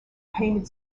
painted